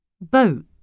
Boat